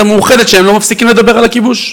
המאוחדת שהם לא מפסיקים לדבר על הכיבוש.